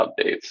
updates